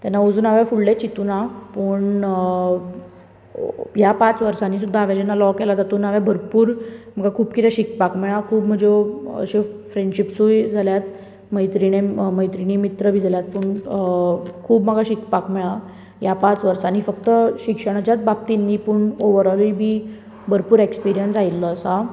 तेन्ना अजून हांव फुडलें चितुना पूण ह्या पांच वर्सांनी सुद्दां हांवे जेन्ना लॉ केला तेतूंत हांवें भरपूर खूब कितें शिकपाक मेळ्ळां खूब ज्यो अशो फ्रेण्डशिप्सूय जाल्या मैत्रिण मैत्रिणी मीत्र बी जाल्यात पूण खूब म्हाका शिकपाक मेळ्ळां ह्या पांच वर्सांनी फक्त शिक्षणाच्याच बाबतीन न्ही पूण ओवरोलूय बी भरपूर एक्सपरियन्स आयिल्लो आसा